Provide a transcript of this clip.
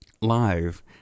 Live